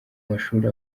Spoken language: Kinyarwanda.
mashuri